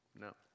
No